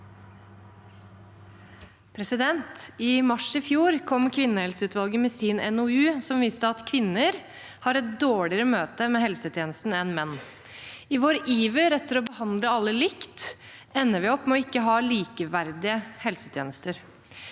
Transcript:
I mars i fjor kom kvinnehelseutvalget med sin NOU. Den viste at kvinner har et dårligere møte med helsetjenesten enn menn. I vår iver etter å behandle alle likt ender vi opp med å ikke ha likeverdige helsetjenester.